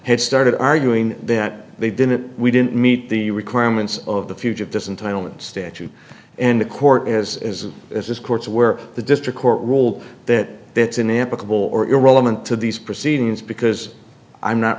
had started arguing that they didn't we didn't meet the requirements of the future it doesn't i don't statute and the court as is is this court's where the district court ruled that that's an applicable or irrelevant to these proceedings because i'm not